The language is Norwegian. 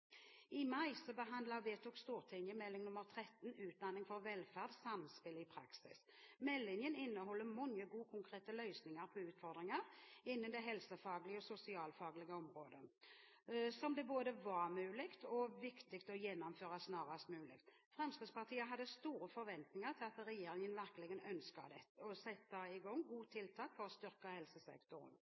I mai behandlet og vedtok Stortinget Meld. St. 13 for 2011–2012 Utdanning for velferd, Samspill i praksis. Meldingen inneholder mange gode konkrete løsninger på utfordringer innen det helsefaglige og sosialfaglige området, som det både var mulig og viktig å gjennomføre snarest mulig. Fremskrittspartiet hadde store forventninger til at regjeringen virkelig ønsket å sette i gang gode tiltak for å styrke helsesektoren.